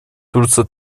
турция